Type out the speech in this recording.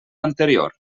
anterior